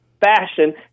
fashion